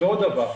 ועוד דבר,